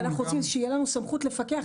כי אנחנו רוצים שתהיה לנו סמכות לפקח,